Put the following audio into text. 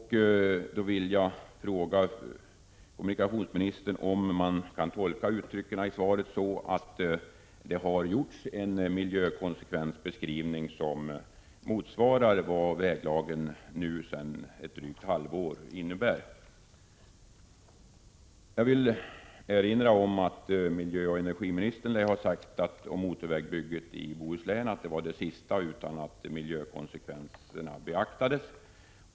Jag vill därför fråga kommunikationsministern om man kan tolka uttrycken i hans svar så, att en miljökonsekvensbeskrivning har gjorts som svarar mot vad väglagen sedan drygt ett halvår innebär. Jag vill erinra om att miljöoch energiministern lär ha sagt att motorvägsbygget i Bohuslän var det sista vägbygget som skulle genomföras utan att miljökonsekvenserna beaktades.